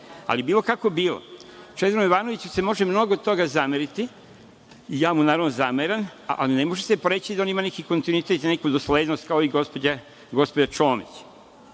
većinu. Bilo kako bilo, Čedomiru Jovanoviću se može mnogo toga zameriti i ja mu zameram, ali ne može se poreći da on ima neki kontinuitet i neku doslednost kao i gospođa Čomić.